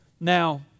Now